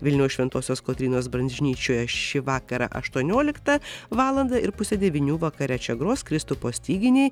vilniaus šventosios kotrynos baržnyčioje šį vakarą aštuonioliktą valandą ir pusę devynių vakare čia gros kristupo styginiai